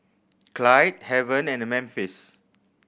Clyde Haven and Memphis